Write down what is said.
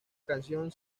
canción